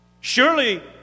Surely